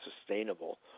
sustainable